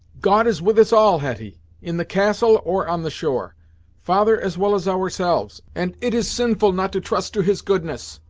god is with us all, hetty in the castle, or on the shore father as well as ourselves, and it is sinful not to trust to his goodness.